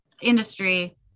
industry